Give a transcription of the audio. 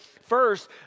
First